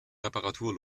reparatur